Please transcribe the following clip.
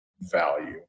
value